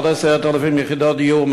עוד 10,000 יחידות דיור,